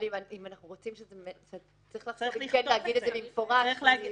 אם אנחנו רוצים, צריך להגיד את זה במפורש.